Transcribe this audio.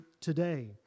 today